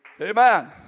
Amen